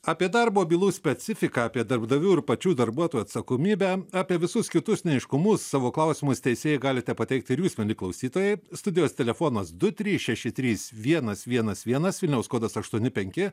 apie darbo bylų specifiką apie darbdavių ir pačių darbuotojų atsakomybę apie visus kitus neaiškumus savo klausimus teisėjai galite pateikti ir jūs mieli klausytojai studijos telefonas du trys šeši trys vienas vienas vienas vilniaus kodas aštuoni penki